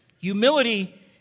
Humility